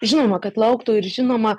žinoma kad lauktų ir žinoma